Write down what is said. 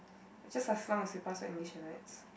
it's just as long as you pass your English and maths